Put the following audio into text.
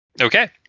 Okay